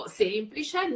semplice